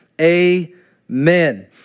amen